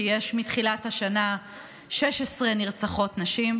כי מתחילת השנה יש 16 נרצחות נשים,